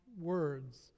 words